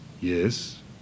Yes